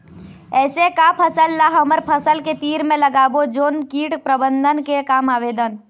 ऐसे का फसल ला हमर फसल के तीर मे लगाबो जोन कीट प्रबंधन के काम आवेदन?